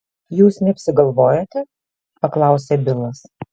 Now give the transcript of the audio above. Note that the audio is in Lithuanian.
jūs neapsigalvojote paklausė bilas